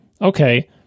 okay